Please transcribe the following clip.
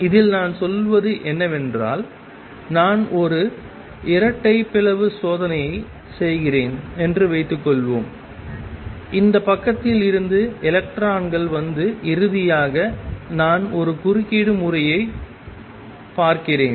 இதில் நான் சொல்வது என்னவென்றால் நான் ஒரு இரட்டை பிளவு பரிசோதனை செய்கிறேன் என்று வைத்துக்கொள்வோம் இந்த பக்கத்தில் இருந்து எலக்ட்ரான்கள் வந்து இறுதியாக நான் ஒரு குறுக்கீடு முறையைப் பார்க்கிறேன்